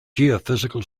geophysical